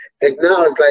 acknowledge